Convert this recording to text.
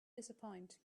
disappoint